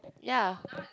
ya